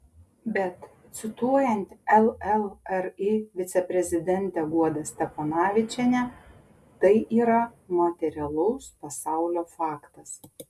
bet cituojant llri viceprezidentę guodą steponavičienę tai yra materialaus pasaulio faktas